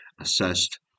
assessed